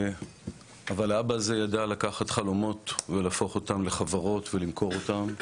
אבל האבא הזה ידע לקחת חלומות ולהפוך אותם לחברות ולמכור אותן,